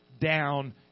down